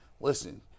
Listen